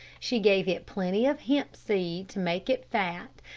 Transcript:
she gave it plenty of hemp seed to make it fat,